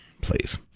Please